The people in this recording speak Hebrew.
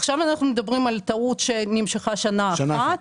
עכשיו אנחנו מדברים על טעות שנמשכה שנה אחת,